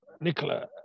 Nicola